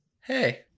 Hey